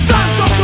Santo